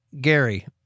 Gary